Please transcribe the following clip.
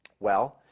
well,